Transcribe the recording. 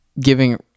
giving